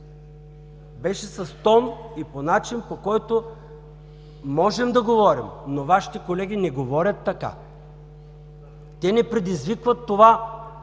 беше с тон и по начин, който можем да говорим, но Вашите колеги не говорят така. Те предизвикват